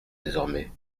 désormais